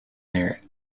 their